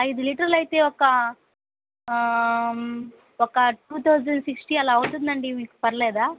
ఐదు లీటర్లు అయితే ఒక ఒక టూ థౌజండ్ సిక్స్టీ అలా అవుతుందండి మీకు పర్లేదా